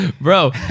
Bro